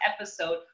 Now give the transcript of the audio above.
episode